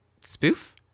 spoof